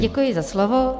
Děkuji za slovo.